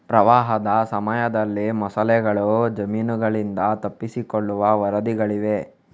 ಪ್ರವಾಹದ ಸಮಯದಲ್ಲಿ ಮೊಸಳೆಗಳು ಜಮೀನುಗಳಿಂದ ತಪ್ಪಿಸಿಕೊಳ್ಳುವ ವರದಿಗಳಿವೆ